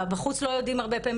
בחוץ לא יודעים הרבה פעמים,